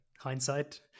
Hindsight